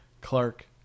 Clark